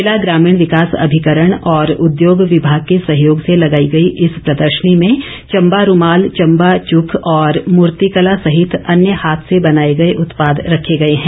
जिला ग्रामीण विकास अभिकरण और उद्योग विभाग के सहयोग से लगाई गई इस प्रदर्शनी में चंबा रूमाल चंबा चुख और मूर्तिकला सहित अन्य हाथ से बनाए गए उत्पाद रखे गए हैं